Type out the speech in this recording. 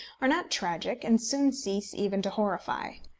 are not tragic, and soon cease even to horrify.